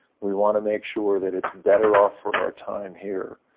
we wanna make sure that it's better off for our time here.